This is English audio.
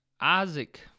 Isaac